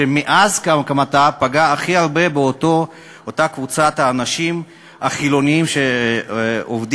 שמאז הקמתה פגעה הכי הרבה באותה קבוצת האנשים החילונים שעובדים,